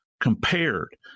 compared